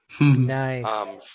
nice